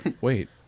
Wait